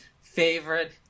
favorite